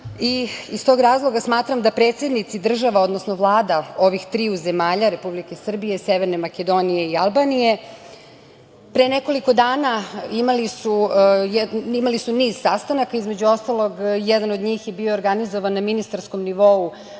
Iz tog razloga smatram da predsednici država, odnosno vlada ovih triju zemalja, Republike Srbije, Severne Makedonije i Albanije, pre nekoliko dana su imali niz sastanaka. Između ostalog, jedan od njih je bio organizovan na ministarskom nivou